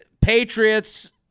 Patriots